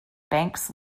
banks